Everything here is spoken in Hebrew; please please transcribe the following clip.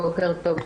בוקר טוב.